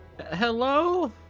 Hello